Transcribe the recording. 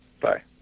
Bye